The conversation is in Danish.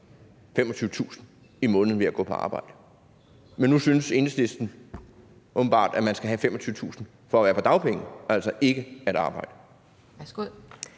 25.000 kr. i måneden ved at gå på arbejde? Men nu synes Enhedslisten åbenbart, at man skal have 25.000 kr. for at være på dagpenge, altså ikke et arbejde.